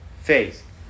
faith